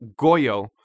Goyo